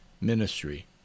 ministry